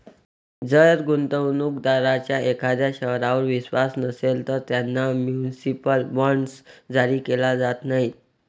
जर गुंतवणूक दारांचा एखाद्या शहरावर विश्वास नसेल, तर त्यांना म्युनिसिपल बॉण्ड्स जारी केले जात नाहीत